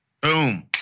Boom